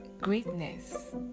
Greatness